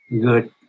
good